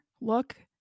Look